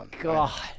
God